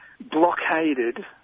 blockaded